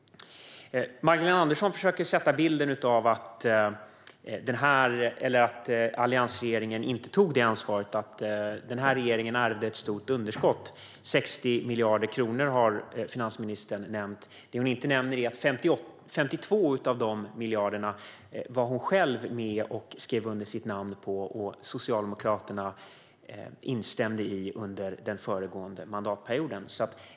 Magdalena Andersson försöker förmedla bilden att alliansregeringen inte tog det ansvaret och att den nuvarande regeringen ärvde ett stort underskott - 60 miljarder kronor har finansministern nämnt. Det hon inte nämner är att hon själv under den föregående mandatperioden, med Socialdemokraternas instämmande, skrev sitt namn under 52 av dessa miljarder.